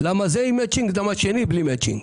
למה זה עם מצ'ינג והשני בלי מצ'ינג.